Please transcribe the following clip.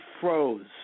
froze